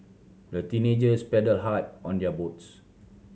the teenagers paddled hard on their boats